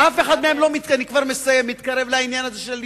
אף אחד מהם לא מתקרב חבר הכנסת כבל.